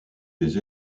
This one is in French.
des